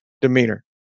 demeanor